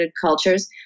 cultures